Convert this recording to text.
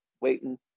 waiting